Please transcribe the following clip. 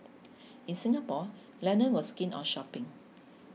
in Singapore Lennon was keen on shopping